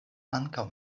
ankaŭ